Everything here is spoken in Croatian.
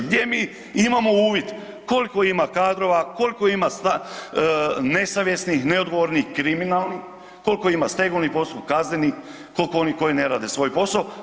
Gdje mi imamo uvid koliko ima kadrova, koliko ima nesavjesnih, neodgovornih, kriminalnih, koliko ima stegovnih postupaka, kaznenih, koliko onih koji ne rade svoj posao.